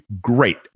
Great